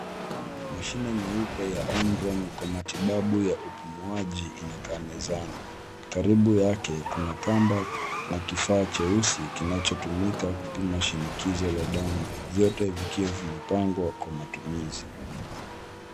Mashine nyeupe ya Omron kwa matibabu ya upumuaji inakaa mezani. Karibu yake kuna kamba na kifaa cheusi kinachotumika kupima shinikizo la damu, vyote vikiwa vimepangwa kwa matumizi.